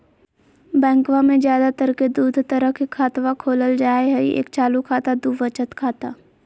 बैंकवा मे ज्यादा तर के दूध तरह के खातवा खोलल जाय हई एक चालू खाता दू वचत खाता